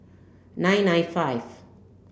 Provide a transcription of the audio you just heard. nine nine five